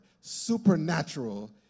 supernatural